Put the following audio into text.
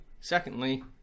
Secondly